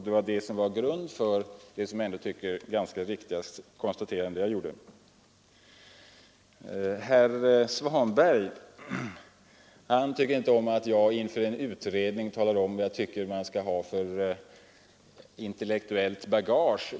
Det var detta som var grunden för mitt, som jag tycker, i grunden riktiga konstaterande. Herr Svanberg ogillar att jag inför ett utredningsarbete talar om vad jag tycker att de som skall utföra utredningen skall ha för intellektuellt bagage.